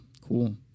cool